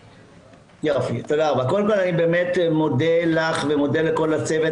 קודם כל אני באמת מודה לך ולכל הצוות